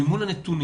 אל מול הנתונים.